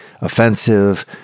offensive